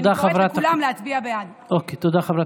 תודה רבה.